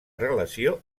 relació